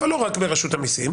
אבל לא רק ברשות המיסים?